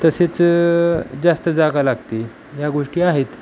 तसेच जास्त जागा लागते या गोष्टी आहेत